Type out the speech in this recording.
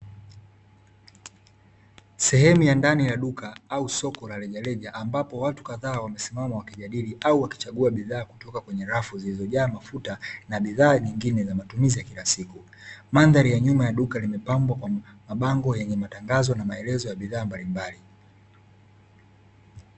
Sehemu ya ndani ya duka au soko la rejareja ambapo watu kadhaa wamesimama wakijadili au wakichagua bidhaa kutoka kwenye rafu zilizojaa mafuta na bidhaa nyingine za matumizi ya kila siku. Mandhari ya nyuma ya duka limepambwa kwa mabango yenye matangazo na maelezo ya bidhaa mbalimbali.